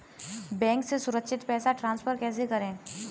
Bank से सुरक्षित पैसे ट्रांसफर कैसे करें?